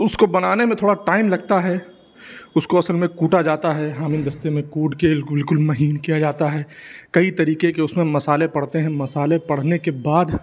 اُس کو بنانے میں تھوڑا ٹائم لگتا ہے اُس کو اصل میں کوٹا جاتا ہے ہامین دستے میں کوٹ کے بالکل مہین کیا جاتا ہے کئی طریقے کے اُس میں مسالے پڑتے ہیں مسالے پڑنے کے بعد